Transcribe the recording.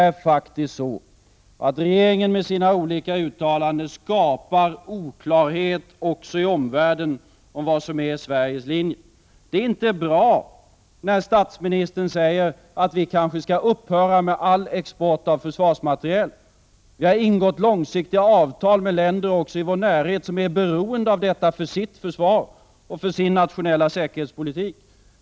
Regeringen skapar faktiskt med sina uttalanden oklarhet också i omvärlden om vad som är Sveriges linje. Det är inte bra när statsministern säger att vi kanske skall upphöra med all export av försvarsmateriel. Vi har ingått långsiktiga avtal, även med länder i vår närhet, som är beroende av detta för sitt försvar och för sin nationella säkerhetspolitik.